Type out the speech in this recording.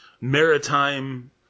maritime